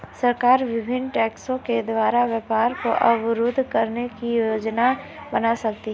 सरकार विभिन्न टैक्सों के द्वारा व्यापार को अवरुद्ध करने की योजना बना सकती है